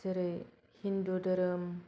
जेरै हिन्दु धोरोम